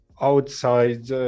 outside